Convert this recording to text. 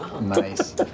Nice